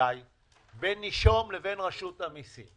בין נישום לרשות המיסים.